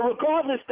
regardless